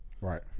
right